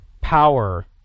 power